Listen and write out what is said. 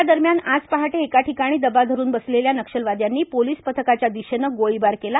यादरम्यान आज पहाटे एका ठिकाणी दबा धरून बसलेल्या नक्षलवाद्यांनी पोलिस पथकाच्या दिशेनं गोळीबार केला